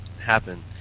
happen